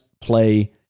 play